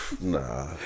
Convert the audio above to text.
Nah